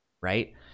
right